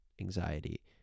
anxiety